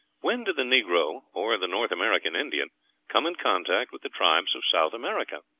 when did the negro or the north american indian come in contact with the tribes of south america?